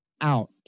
out